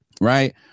right